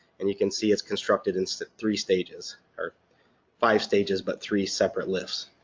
and you can see it's constructed in three stages. or five stages, but three separate lists.